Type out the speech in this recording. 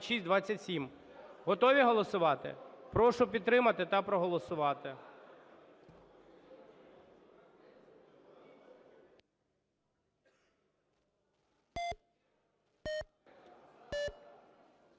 Готові голосувати? Прошу підтримати та проголосувати.